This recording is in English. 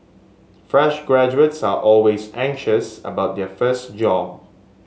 fresh graduates are always anxious about their first job